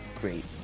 great